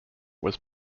was